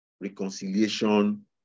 reconciliation